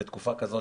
בתקופה כזו,